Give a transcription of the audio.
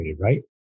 right